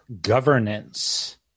governance